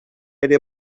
ere